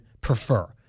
prefer